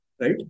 Right